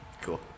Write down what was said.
Cool